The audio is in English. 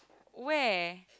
where